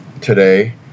today